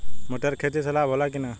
मटर के खेती से लाभ होला कि न?